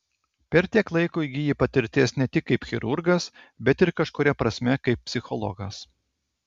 per tiek laiko įgyji patirties ne tik kaip chirurgas bet ir kažkuria prasme kaip psichologas